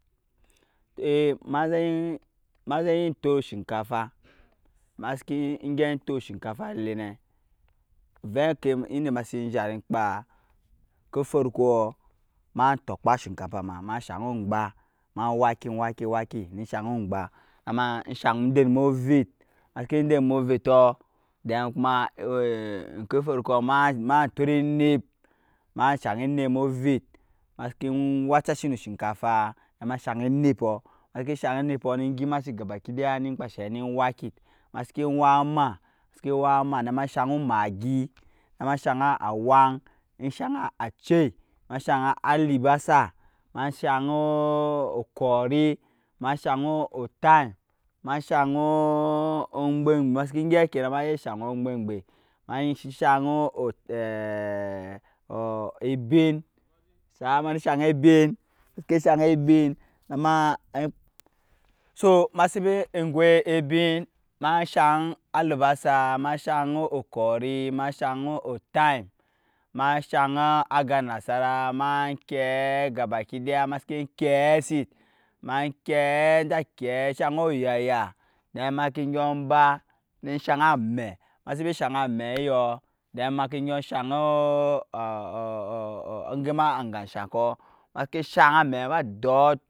Ɛimazɛ mazɛ ɛi tɔr oshinkafa masikin gɛp tɔr oshikafa elɛ nɛ vɛi kɛ inda masiki gɛp kpa kɛi farkɔɔ ma tɔkpa oshinkafa ma shang mu ugba na ma waki waki waki ni shang nu ugba nama shang dɛn mɔɔ ovɛt masiki dɛn mɔɔ ovɛ then kuma okɛ farko ma tɔr enɛp mashang enɛp mɔɔ vɛt ma siki wachasit nɔɔ shinkafa nama shang enɛpɔɔ masiki shang enɛpɔɔ nama gɛmasit gabakidaya ni kpashɛi nɛ waki masiki wakma masiki wakma nama shang omaggi nama shangawang nama shang schɛi nama shang alibasa nama shang okɔri nama shang otym nama shang ogbɛn masiki bwɔma ma eya shang ogbengbɛ ma shang ei ebin baya mashin shang ebin so masibi gwɛi ebin. mashang alibasa mashang okɔri mashang otym. mashang aga nasara nɛ gabakid aya ma kei gabakidaya ma siki kei sit ma kɛi ja kɛi shang oyaya then maki gyo-ng ba bi shang mɛi masibi shang amɛi yɔ maki gyɔ shang gɛma ajga sha kɔɔ masiki shang amɛi ba dɔr,